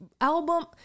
album-